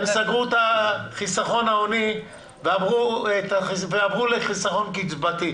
הם סגרו את החיסכון ההוני ועברו לחיסכון קצבתי